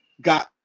got